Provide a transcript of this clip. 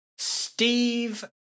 Steve